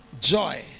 Joy